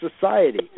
society